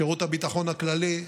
שירות הביטחון הכללי,